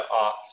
off